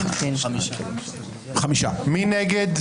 בעד ההסתייגות 5 נגד,